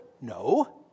No